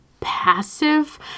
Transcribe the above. passive